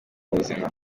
ubuzima